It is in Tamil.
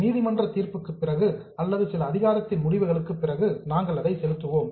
நீதிமன்ற தீர்ப்புக்குப் பிறகு அல்லது சில அதிகாரத்தின் முடிவுகளுக்குப் பிறகு நாங்கள் அதை செலுத்துவோம்